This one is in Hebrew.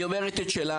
היא אומרת את שלך,